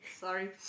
sorry